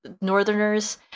Northerners